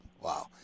Wow